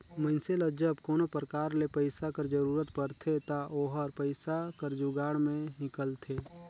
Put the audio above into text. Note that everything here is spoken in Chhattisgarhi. मइनसे ल जब कोनो परकार ले पइसा कर जरूरत परथे ता ओहर पइसा कर जुगाड़ में हिंकलथे